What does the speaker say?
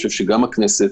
גם הכנסת,